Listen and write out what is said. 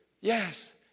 yes